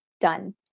done